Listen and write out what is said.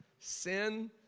Sin